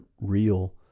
real